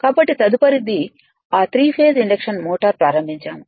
కాబట్టి తదుపరి ఆ త్రి ఫేస్ ఇండక్షన్ మోటార్ ప్రారంభించాము